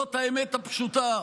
זאת האמת הפשוטה.